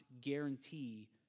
guarantee